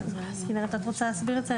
כנרת, את רוצה להסביר את זה?